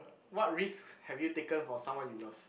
what risks have you taken for someone you love